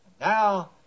Now